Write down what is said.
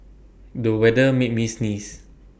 the weather made me sneeze